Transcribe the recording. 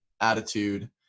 attitude